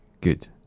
good